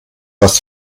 das